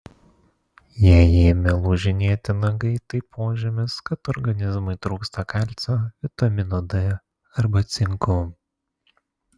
jei ėmė lūžinėti nagai tai požymis kad organizmui trūksta kalcio vitamino d arba cinko